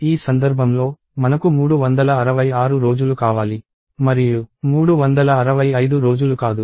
ఈ సందర్భంలో మనకు 366 రోజులు కావాలి మరియు 365 రోజులు కాదు